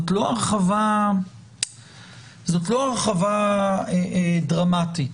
זאת לא הרחבה דרמטית,